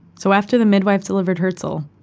so after the midwife delivered herzel,